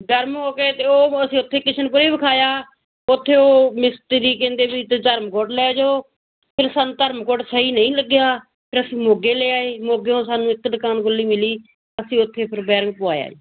ਗਰਮ ਹੋ ਕੇ ਤੇ ਉਹ ਅਸੀਂ ਉੱਥੇ ਕਿਸ਼ਨਪੁਰੇ ਵੀ ਵਿਖਾਇਆ ਉੱਥੇ ਉਹ ਮਿਸਤਰੀ ਕਹਿੰਦੇ ਵੀ ਤੁਸੀਂ ਧਰਮਕੋਟ ਲੈ ਜਾਓ ਫਿਰ ਸਾਨੂੰ ਧਰਮਕੋਟ ਸਹੀ ਨਹੀਂ ਲੱਗਿਆ ਤਾਂ ਅਸੀਂ ਮੋਗੇ ਲੈ ਆਏ ਮੋਗਿਓ ਸਾਨੂੰ ਇੱਕ ਦੁਕਾਨ ਖੁੱਲ੍ਹੀ ਮਿਲੀ ਅਸੀਂ ਉੱਥੇ ਫਿਰ ਬੈਰਿੰਗ ਪੁਆਇਆ ਜੀ